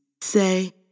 say